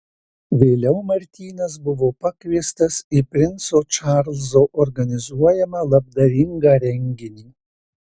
vėliau martynas buvo pakviestas į princo čarlzo organizuojamą labdaringą renginį